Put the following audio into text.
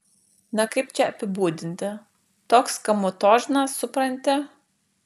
na kaip čia apibūdinti toks kamutožnas supranti